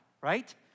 right